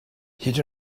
hyd